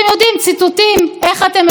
את חלקם אפילו הזכרתם.